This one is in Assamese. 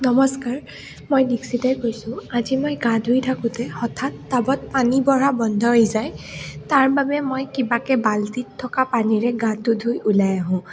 নমস্কাৰ মই দীক্ষিতাই কৈছোঁ আজি মই গা ধুই থাকোঁতে হঠাৎ টাবত পানী বঢ়া বন্ধ হৈ যায় তাৰ বাবে মই কিবাকৈ বাল্টিত থকা পানীৰে গাটো ধুই ওলাই আহোঁ